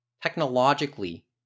technologically